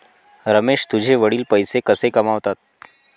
रमेश तुझे वडील पैसे कसे कमावतात?